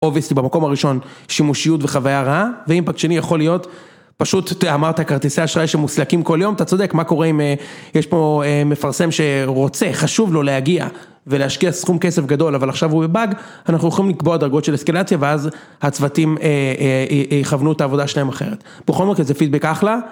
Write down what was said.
אוביסטי במקום הראשון, שימושיות וחוויה רעה ואימפקט שני יכול להיות, פשוט אמרת כרטיסי אשראי שמוסלעקים כל יום, אתה צודק, מה קורה אם יש פה מפרסם שרוצה, חשוב לו להגיע ולהשקיע סכום כסף גדול, אבל עכשיו הוא בבאג, אנחנו יכולים לקבוע דרגות של אסקלציה ואז הצוותים יכוונו את העבודה שלהם אחרת. בכל מקרה זה פידבק אחלה.